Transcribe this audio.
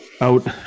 out